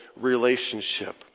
relationship